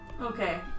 Okay